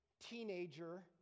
teenager